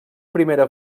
primera